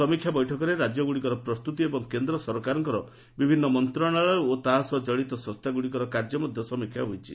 ସମୀକ୍ଷା ବୈଠକରେ ରାଜ୍ୟଗୁଡ଼ିକର ପ୍ରସ୍ତୁତି ଏବଂ କେନ୍ଦ୍ର ସରକାରଙ୍କ ବିଭିନ୍ନ ମନ୍ତ୍ରଣାଳୟ ଓ ତା' ସହ ଜଡ଼ିତ ସଂସ୍ଥାଗୁଡ଼ିକର କାର୍ଯ୍ୟ ମଧ୍ୟ ସମୀକ୍ଷା ହୋଇଛି